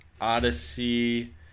Odyssey